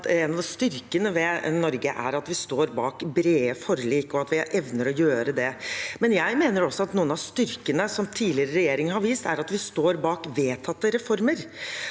en av styrkene ved Norge er at vi står bak brede forlik, at vi evner å gjøre det, men jeg mener også at noen av styrkene som tidligere regjeringer har vist, er at de står bak vedtatte reformer.